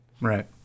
right